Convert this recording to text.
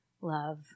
love